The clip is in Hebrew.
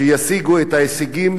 שישיגו את ההישגים,